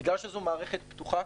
בגלל שזו מערכת פתוחה,